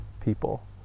people